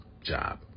job